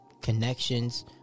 connections